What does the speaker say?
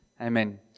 Amen